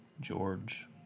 George